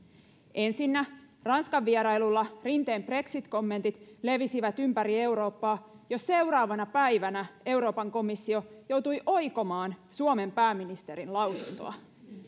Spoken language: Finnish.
ensinnä ranskan vierailulla rinteen brexit kommentit levisivät ympäri eurooppaa jo seuraavana päivänä euroopan komissio joutui oikomaan suomen pääministerin lausuntoa